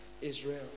Israel